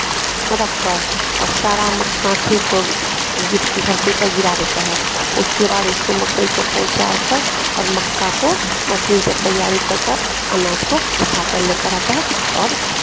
रखकर और सारा म गाछी को गिर धरती पर गिरा देता है उसके बाद उसको मकई को पोंछारकर और मक्का को मशीन से तैयारी कर कर अनाज को उठाकर लेकर आता है